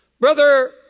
Brother